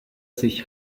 sich